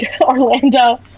Orlando